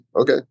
okay